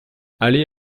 allez